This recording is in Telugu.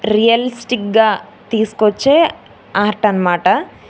రియలిస్టిక్గా తీసుకొచ్చే ఆర్ట్ అన్నమాట